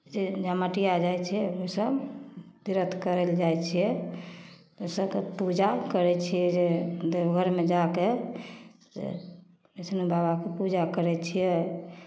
जे झमटिया जाइ छियै ओसभ तीर्थ करय लेल जाइ छियै ओसभके पूजा करै छियै जे देवघरमे जा कऽ से कृष्ण बाबाके पूजा करै छियै